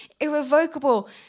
irrevocable